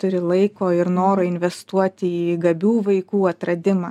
turi laiko ir noro investuoti į gabių vaikų atradimą